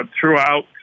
throughout